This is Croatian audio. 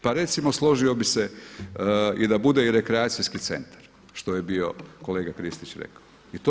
Pa recimo složio bih se i da bude i rekreacijski centar što je bio kolega Kristić rekao.